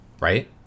right